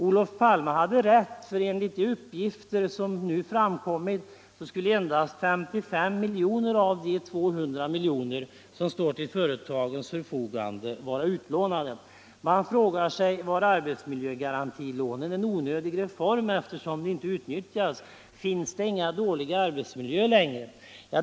Olof Palme hade rätt, för enligt uppgifter som nu framkommit skulle endast 55 milj.kr. av de 200 miljoner som står till förfogande vara utlånade. Man fråpgar sig om arbetsmiljögarantilånen var en onödig reform eftersom de inte utnyttjas. Finns det inga dåliga arbetsmiljöer längre?